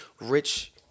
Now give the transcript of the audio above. Rich